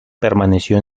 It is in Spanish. permaneció